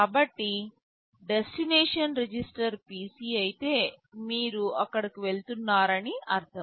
కాబట్టి destination register PC అయితే మీరు అక్కడకు వెళ్తున్నారని అర్థం